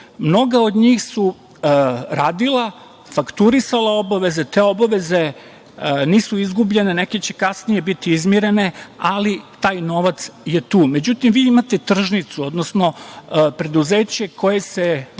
Mnoga od njih su radila, fakturisala obaveze. Te obaveze nisu izgubljene, neke će kasnije biti izmirene, ali taj novac je tu.Međutim, vi imate tržnicu, odnosno preduzeće koje se